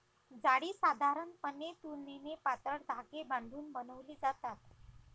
जाळी साधारणपणे तुलनेने पातळ धागे बांधून बनवली जातात